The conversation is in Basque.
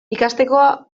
ikasteko